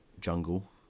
Jungle